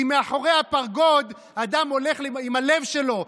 כי מאחורי הפרגוד אדם הולך עם הלב שלו,